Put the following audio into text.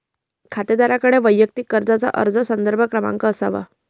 खातेदाराकडे वैयक्तिक कर्जाचा अर्ज संदर्भ क्रमांक असावा